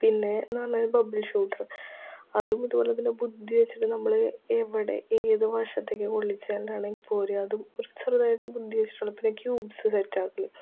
പിന്നെ എന്ന് പറഞ്ഞാൽ ബബിൾ ഷൂട്ടര് അതും ഇതുപോലെ തന്നെ ബുദ്ധി വച്ചിട്ട് നമ്മളൾ എവിടെ ഏത് വശത്തേക്ക് കൊള്ളിച്ചാലാണ് പോരുക അതും ഒരു ചെറുതായിട്ട് ബുദ്ധി വച്ചിട്ട് ക്യൂബ്സ് സെറ്റാക്കല്